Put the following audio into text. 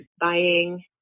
buying